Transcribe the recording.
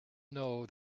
know